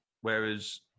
Whereas